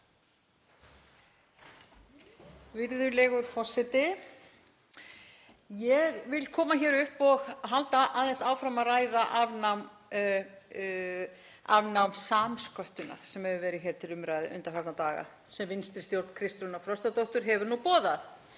Virðulegur forseti. Ég vil koma hér upp og halda aðeins áfram að ræða afnám samsköttunar sem verið hefur til umræðu undanfarna daga og vinstri stjórn Kristrúnar Frostadóttur hefur nú boðað.